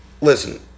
listen